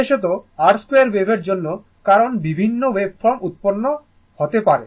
বিশেষত r2 ওয়েভের জন্য কারণ বিভিন্ন ওয়েভফর্ম উত্পন্ন হতে পারে